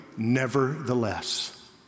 Nevertheless